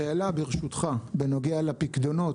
שאלה ברשותך, בנוגע לפיקדונות.